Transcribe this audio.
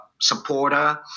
supporter